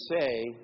say